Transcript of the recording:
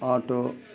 auto